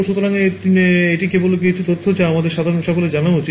সুতরাং এটি কেবল কিছু তথ্য যা আমাদের সকলের জানা উচিত